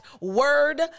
word